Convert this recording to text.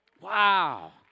Wow